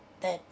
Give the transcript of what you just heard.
that